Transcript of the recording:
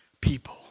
people